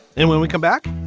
and when we come back.